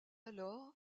alors